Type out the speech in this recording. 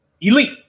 Elite